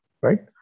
right